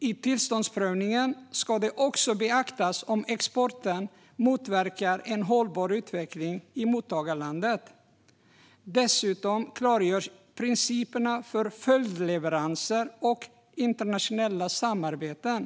I tillståndsprövningen ska också beaktas om exporten motverkar en hållbar utveckling i mottagarlandet. Dessutom klargörs principerna för följdleveranser och internationella samarbeten.